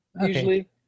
usually